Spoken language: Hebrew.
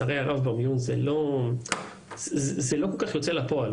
לצערי הרב - במיון זה לא כל כך יוצא לפועל .